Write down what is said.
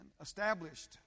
established